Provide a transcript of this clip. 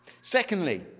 secondly